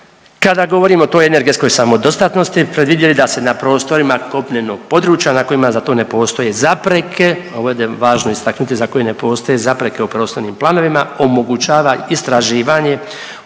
kada govorimo o toj energetskoj samodostatnosti predvidjeli da se na prostorima kopnenog područja na kojima za to ne postoji zapreke. Ovo je važno istaknuti za koji ne postoje zapreke u prostornim planovima omogućava istraživanje